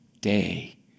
day